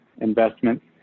investments